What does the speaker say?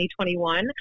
2021